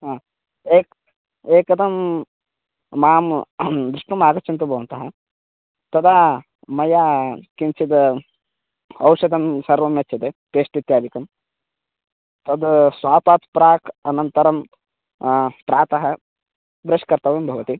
हा एक् एकधा माम् द्रष्टुम् आगच्छन्तु भवन्तः तदा मया किञ्चिद् औषधं सर्वम् यच्यते पेश्ट् इत्यादिकं तद् स्वापात् प्राक् अनन्तरं प्रातः ब्रश् कर्तव्यं भवति